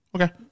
Okay